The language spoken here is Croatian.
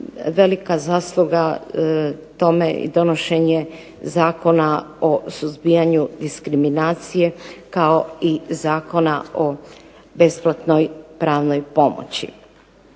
velika zasluga tome i donošenje Zakona o suzbijanju diskriminacije kao i Zakona o besplatnoj pravnoj pomoći.